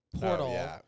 portal